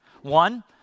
One